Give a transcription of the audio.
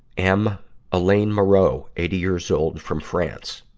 am alain moreau, eighty years old from france.